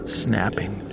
snapping